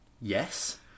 Yes